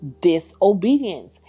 disobedience